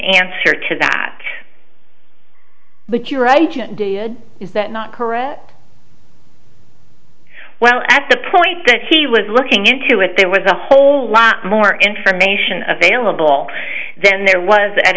answer to that but you're right is that not correct well at the point that he was looking into it there was a whole lot more information available then there was